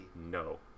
No